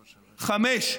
חמש.